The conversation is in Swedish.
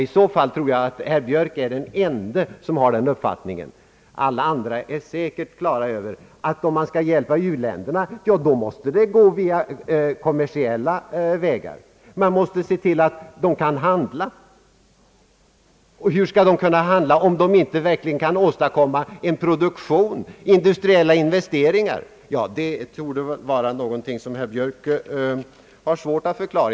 I så fall tror jag att herr Björk är den ende som har den uppfattningen. Alla andra är säkert på det klara med att om man skall hjälpa u-länderna måste det gå även via kommersiella vägar. Man måste se till att de kan bedriva handel. Och de kan inte handla, om de inte verkligen kan åstadkomma en produktion, och därför får möjlighet till industriella investeringar. Det torde vara någonting som herr Björk har svårt att bestrida.